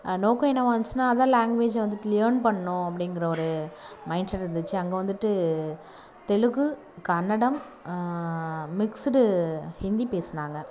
நோக்கம் என்னவாக இருந்துச்சுன்னா அதர் லாங்குவேஜ்ஜை வந்து லேர்ன் பண்ணிணோம் அப்படிங்கிற ஒரு மைண்ட்செட் இருந்துச்சு அங்கே வந்துட்டு தெலுங்கு கன்னடம் மிக்ஸுடு ஹிந்தி பேசினாங்க